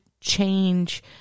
change